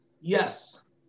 yes